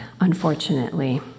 unfortunately